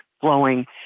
flowing